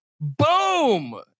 Boom